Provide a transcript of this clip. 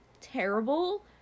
terrible